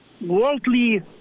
worldly